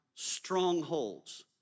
strongholds